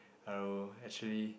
I will actually